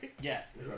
Yes